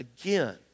again